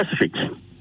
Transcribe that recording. specific